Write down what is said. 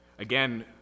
Again